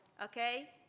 okay?